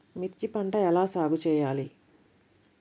మిర్చి పంట ఎలా సాగు చేయాలి?